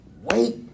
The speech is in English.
wait